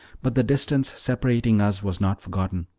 but the distance separating us was not forgotten.